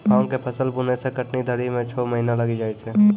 भाँग के फसल के बुनै से कटनी धरी मे छौ महीना लगी जाय छै